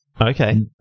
Okay